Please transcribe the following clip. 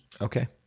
Okay